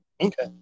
Okay